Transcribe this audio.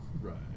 Right